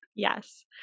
Yes